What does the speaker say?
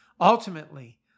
Ultimately